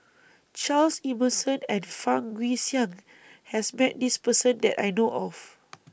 Charles Emmerson and Fang Guixiang has Met This Person that I know of